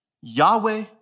Yahweh